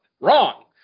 wrong